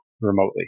remotely